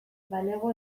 balego